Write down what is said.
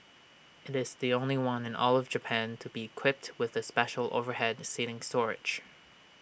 IT is the only one in all of Japan to be equipped with the special overhead seating storage